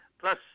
Plus